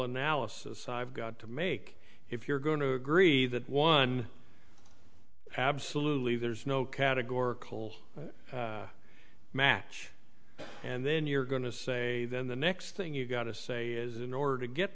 analysis i've got to make if you're going to grieve that one absolutely there's no categorical match and then you're going to say the next thing you've got to say is in order to get